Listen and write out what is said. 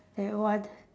that one